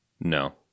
No